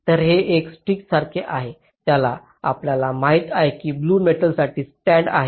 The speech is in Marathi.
तर हे एक स्टिक सारखे आहे परंतु आपल्याला माहित आहे ब्लू मेटलसाठी स्टॅण्ड आहेत